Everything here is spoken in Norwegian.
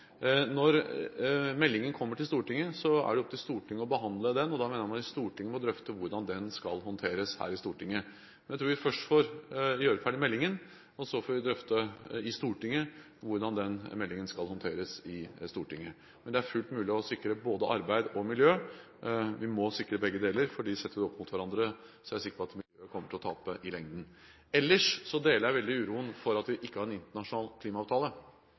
Når meldingen kommer til Stortinget, er det opp til Stortinget å behandle den, og da mener jeg Stortinget må drøfte hvordan den skal håndteres her. Jeg tror vi først får gjøre ferdig meldingen, og så får vi drøfte i Stortinget hvordan den meldingen skal håndteres her. Men det er fullt mulig å sikre både arbeid og miljø. Vi må sikre begge deler, for setter vi det opp mot hverandre, er jeg sikker på at miljøet kommer til å tape i lengden. Ellers deler jeg i stor grad uroen for at vi ikke har en internasjonal klimaavtale.